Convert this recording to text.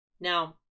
Now